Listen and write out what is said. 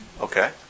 okay